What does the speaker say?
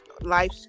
life